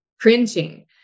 cringing